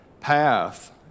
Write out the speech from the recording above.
path